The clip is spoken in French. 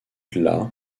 delà